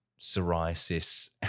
psoriasis